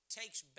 takes